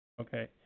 Okay